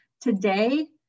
today